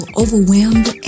overwhelmed